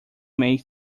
make